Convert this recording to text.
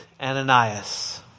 Ananias